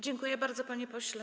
Dziękuję bardzo, panie pośle.